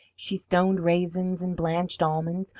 she stoned raisins and blanched almonds,